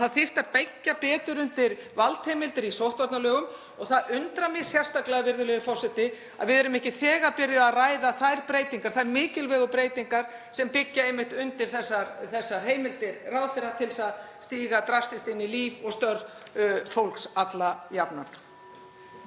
að byggja þyrfti betur undir valdheimildir í sóttvarnalögum. Og það undrar mig sérstaklega, virðulegur forseti, að við séum ekki þegar byrjuð að ræða þær breytingar, þær mikilvægu breytingar, sem byggja einmitt undir heimildir ráðherra til að stíga drastískt inn í líf og störf fólks alla jafnan.